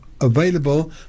available